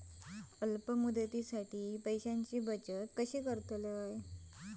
अल्प मुदतीसाठी पैशांची बचत कशी करतलव?